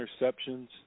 interceptions